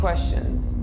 questions